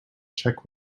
czech